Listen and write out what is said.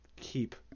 keep